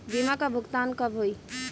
बीमा का भुगतान कब होइ?